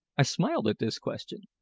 i smiled at this question,